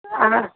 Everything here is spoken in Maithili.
आ